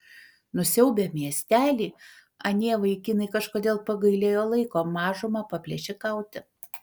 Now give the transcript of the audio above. nusiaubę miestelį anie vaikinai kažkodėl pagailėjo laiko mažumą paplėšikauti